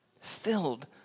filled